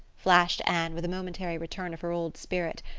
flashed anne, with a momentary return of her old spirit.